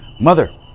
mother